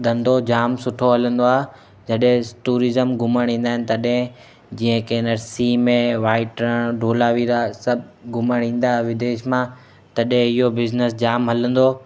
धंधो जामु सुठो हलंदो आहे जॾहिं टूरिजम घुमणु ईंदा आहिनि तॾहिं जीअं की नर्सी में वाइट्र धोलावीरा सभु घुमणु ईंदा विदेश मां तॾहिं इहो बिजनेस जामु हलंदो